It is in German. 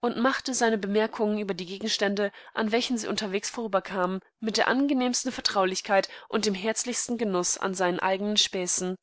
und machte seine bemerkungen über die gegenstände an welchen sie unterwegs vorüberkamen mit der angenehmsten vertraulichkeit und dem herzlichstengenußanseineneigenenspäßen